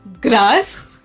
Grass